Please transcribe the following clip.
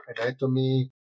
anatomy